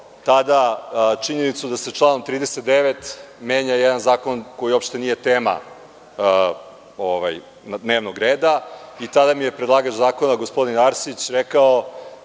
tada činjenicu da se članom 39. menja jedan zakon koji uopšte nije tema dnevnog reda i tada mi je predlagač zakona, gospodin Arsić, rekao